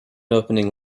opening